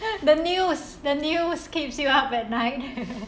the news the news keeps you up at night